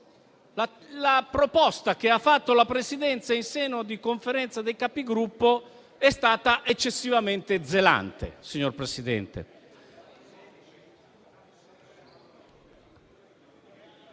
la proposta che ha fatto la Presidenza in seno alla Conferenza dei Capigruppo è stata eccessivamente zelante,